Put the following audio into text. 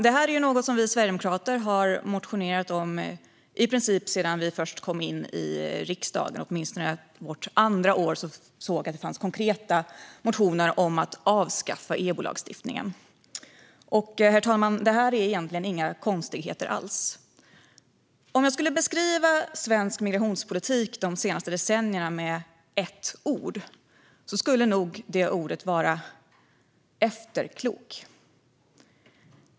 Detta är något som vi sverigedemokrater har motionerat om i princip ända sedan vi först kom in i riksdagen. Åtminstone såg jag att det under vårt andra år fanns konkreta motioner om att avskaffa EBO-lagstiftningen. Herr talman! Detta är egentligen inga konstigheter alls. Om jag skulle beskriva de senaste decenniernas svenska migrationspolitik med ett ord skulle det ordet nog vara "efterklok".